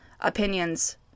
opinions